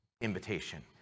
invitation